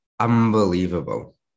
Unbelievable